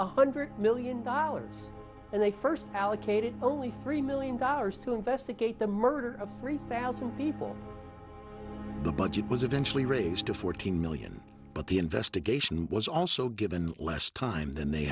a hundred million dollars and they first allocated only three million dollars to investigate the murder of three thousand people the budget was eventually raised to fourteen million but the investigation was also given less time th